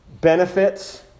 benefits